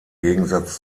gegensatz